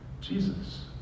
Jesus